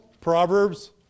Proverbs